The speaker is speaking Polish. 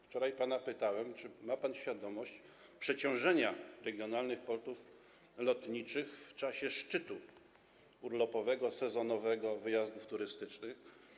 Wczoraj pana pytałem, czy ma pan świadomość przeciążenia regionalnych portów lotniczych w czasie szczytu urlopowego, sezonowego, wyjazdów turystycznych.